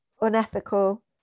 unethical